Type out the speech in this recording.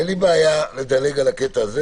אין לי בעיה לדלג על החלק הזה,